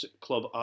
club